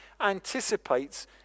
anticipates